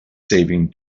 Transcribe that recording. saving